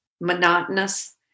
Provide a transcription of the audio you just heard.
monotonous